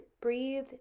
breathe